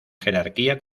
jerarquía